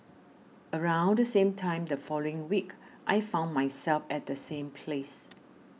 around the same time the following week I found myself at the same place